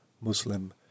Muslim